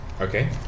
Okay